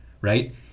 right